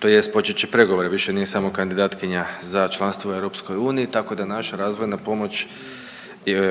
tj. počet će pregovore više nije samo kandidatkinja za članstvo u Europskoj uniji tako da naša razvojna pomoć